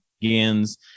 begins